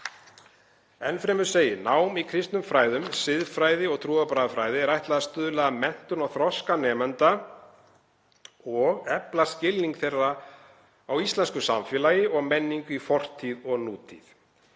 Enn fremur segir: „Námi í kristnum fræðum, siðfræði og trúarbragðafræði er ætlað að stuðla að menntun og þroska nemenda og efla skilning þeirra á íslensku samfélagi og menningu í fortíð og nútíð.“